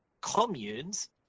communes